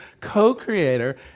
co-creator